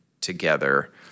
together